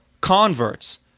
converts